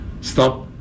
stop